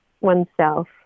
oneself